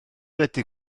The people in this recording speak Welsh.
wedi